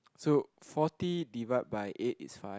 so forty divide by eight is five